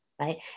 right